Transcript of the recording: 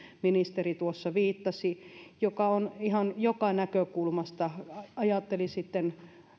ministeri tuossa viittasi se on hyvä asia ihan joka näkökulmasta ajatteli sitten